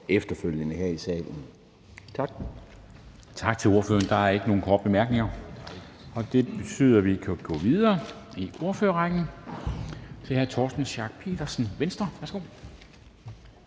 (Henrik Dam Kristensen): Tak til ordføreren. Der er ikke nogen korte bemærkninger. Det betyder, at vi kan gå videre i ordførerrækken til hr. Torsten Schack Pedersen, Venstre. Værsgo.